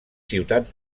ciutats